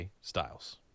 Styles